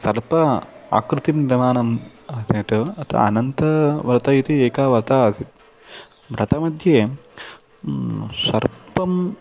सर्पः आकृतिं रवानम् अन्यत् अतः अनन्तः वर्तयति एकः वर्तते आसीत् व्रतमध्ये सर्पः